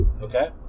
Okay